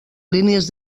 línies